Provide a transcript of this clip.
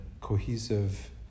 cohesive